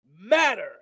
matter